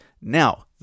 Now